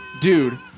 Dude